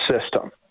system